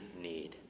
need